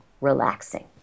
relaxing